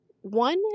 One